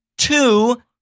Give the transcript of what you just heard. Two